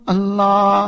Allah